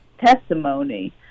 testimony